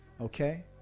Okay